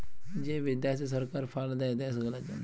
যে বিদ্যাশি সরকার ফাল্ড দেয় দ্যাশ গুলার জ্যনহে